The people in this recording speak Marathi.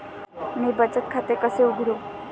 मी बचत खाते कसे उघडू?